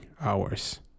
hours